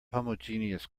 homogeneous